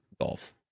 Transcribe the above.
golf